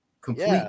Complete